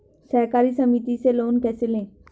सहकारी समिति से लोन कैसे लें?